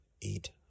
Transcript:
eat